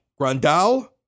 Grandal